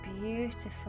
beautiful